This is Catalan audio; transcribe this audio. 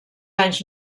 anys